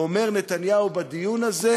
ואומר נתניהו בדיון הזה,